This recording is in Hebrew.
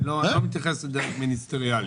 אני לא מתייחס לדרג מיניסטריאלי.